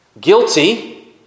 Guilty